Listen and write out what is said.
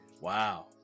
wow